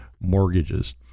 mortgages